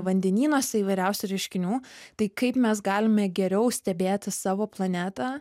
vandenynuose įvairiausių reiškinių tai kaip mes galime geriau stebėti savo planetą